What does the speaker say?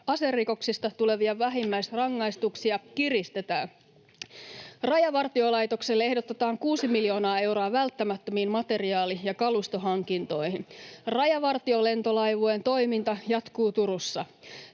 Aserikoksista tulevia vähimmäisrangaistuksia kiristetään. Rajavartiolaitokselle ehdotetaan kuusi miljoonaa euroa välttämättömiin materiaali- ja kalustohankintoihin. Rajavartiolentolaivueen toiminta jatkuu Turussa.